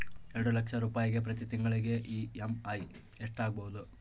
ಎರಡು ಲಕ್ಷ ರೂಪಾಯಿಗೆ ಪ್ರತಿ ತಿಂಗಳಿಗೆ ಇ.ಎಮ್.ಐ ಎಷ್ಟಾಗಬಹುದು?